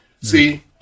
See